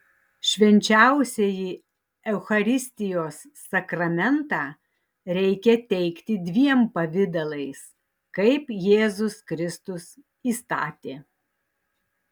švenčiausiąjį eucharistijos sakramentą reikia teikti dviem pavidalais kaip jėzus kristus įstatė